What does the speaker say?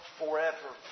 forever